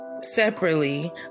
separately